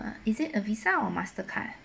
uh is it a Visa or Mastercard